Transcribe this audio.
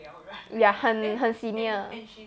ya 很很 senior